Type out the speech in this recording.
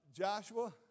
Joshua